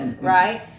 right